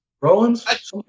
Rollins